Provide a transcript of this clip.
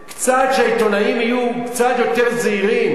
שעיתונאים יהיו קצת יותר זהירים.